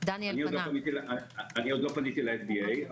עוד לא פניתי ל-FDA.